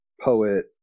poet